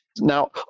Now